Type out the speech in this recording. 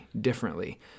differently